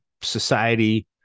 society